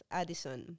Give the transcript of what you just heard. Addison